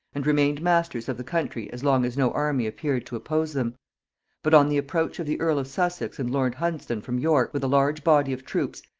and remained masters of the country as long as no army appeared to oppose them but on the approach of the earl of sussex and lord hunsdon from york, with a large body of troops,